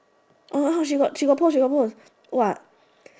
she got she got pose she got pose !wah!